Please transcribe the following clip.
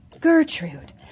Gertrude